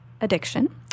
Addiction